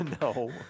No